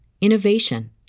innovation